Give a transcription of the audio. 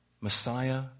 Messiah